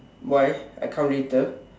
why I come later